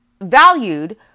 valued